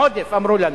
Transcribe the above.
עודף, אמרו לנו.